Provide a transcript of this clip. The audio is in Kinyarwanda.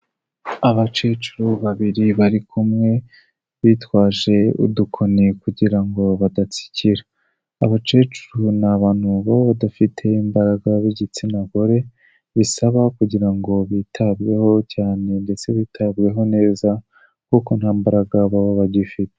Abakecuru babiri bari kumwe bitwaje udukoni kugira ngo badatsikira, abakecuru ni abantu baba badafite imbaraga b'igitsina gore, bisaba kugira ngo bitabweho cyane ndetse bitabweho neza kuko nta mbaraga baba bagifite.